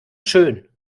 schón